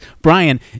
Brian